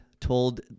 told